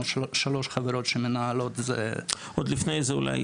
שלוש חברות שמנהלות --- עוד לפני זה אולי,